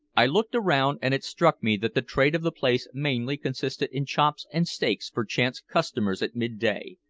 i looked around, and it struck me that the trade of the place mainly consisted in chops and steaks for chance customers at mid-day,